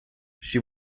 she